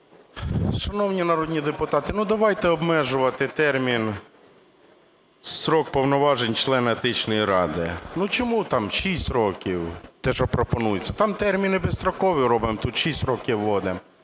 Шановні народні депутати, ну, давайте обмежувати термін, строк повноважень члена Етичної ради. Ну чому там шість років, те, що пропонується? Там терміни безстрокові робимо, а тут шість років вводим.